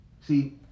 See